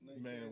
man